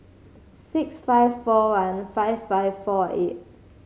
six five four one five five four eight